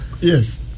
Yes